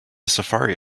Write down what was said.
safari